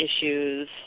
issues